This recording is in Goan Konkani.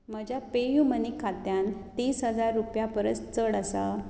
म्हज्या पेयूमनी खात्यांत तीस हजार रुपया परस चड आसा